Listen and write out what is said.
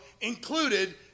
included